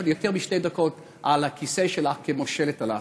יותר משתי דקות על הכיסא שלה כמושלת אלסקה.